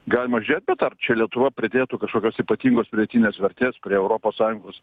galima žiūrėt bet ar čia lietuva pridėtų kažkokios ypatingos pridėtinės vertės prie europos sąjungos